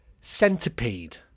centipede